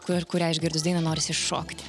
kur kurią išgirdus dainą norisi šokti